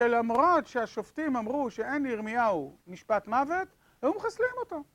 שלמרות שהשופטים אמרו שאין לירמיהו משפט מוות, הם מחסלים אותו.